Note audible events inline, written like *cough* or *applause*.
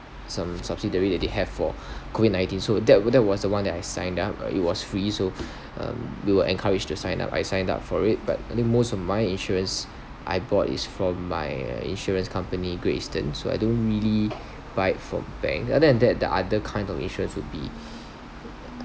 some subsidiary that they have for *breath* COVID nineteen so that that was the one that I signed up uh it was free so um we were encouraged to sign up I signed up for it but I think most of my insurance I bought is from my insurance company Great Eastern so I don't really buy it from bank other than that the other kind of insurance would be